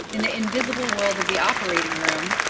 in the invisible world of the operating room,